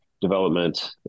development